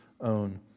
own